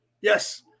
Yes